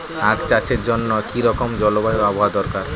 আখ চাষের জন্য কি রকম জলবায়ু ও আবহাওয়া দরকার?